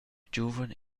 giuven